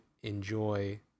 enjoy